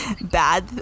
bad